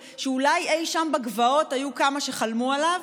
שאולי אי-שם בגבעות היו כמה שחלמו עליו,